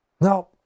Now